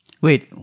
Wait